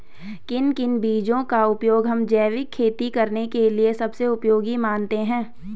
किन किन बीजों का उपयोग हम जैविक खेती करने के लिए सबसे उपयोगी मानते हैं?